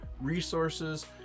resources